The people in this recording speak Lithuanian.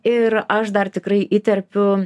ir aš dar tikrai įterpiu